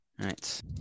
Right